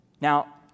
Now